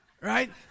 Right